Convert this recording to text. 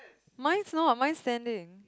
mine's not mine's standing